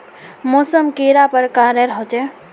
मौसम कैडा प्रकारेर होचे?